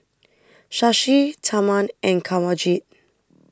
Shashi Tharman and Kanwaljit